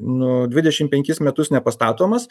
nu dvidešimt penkis metus nepastatomas